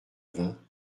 vingts